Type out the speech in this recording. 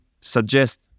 suggest